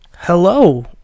Hello